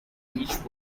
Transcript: beech